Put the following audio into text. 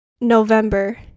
November